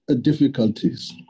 difficulties